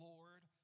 Lord